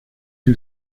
who